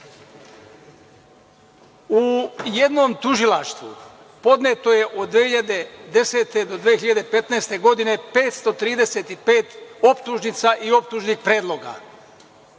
U jednom tužilaštvu podneto je od 2010. godine do 2015. godine 535 optužnica i optužnih predloga,